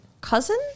cousin